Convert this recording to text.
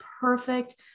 perfect